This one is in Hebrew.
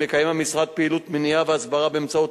מקיים המשרד פעילות מניעה והסברה באמצעות